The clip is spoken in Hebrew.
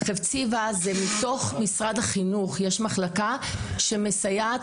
בתוך משרד החינוך יש מחלקה שמסייעת